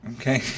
okay